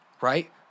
Right